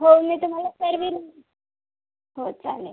हो मी तुम्हाला कळवेन हो चालेल